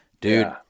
dude